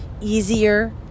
easier